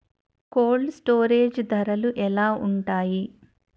Cold storage ధరలు ఎలా ఉంటాయి?